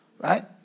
Right